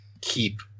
keep